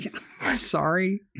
Sorry